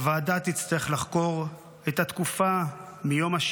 הוועדה תצטרך לחקור את התקופה מיום 7